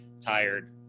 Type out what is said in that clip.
tired